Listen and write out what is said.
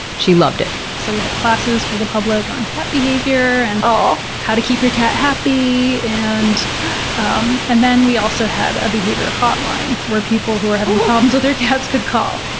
she loved it. so we had classes for the public on cat behavior and how to keep your cat happy. and um and then we also had a behavior hotline where people who were having problems with their cats could call.